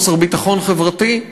חוסר ביטחון חברתי.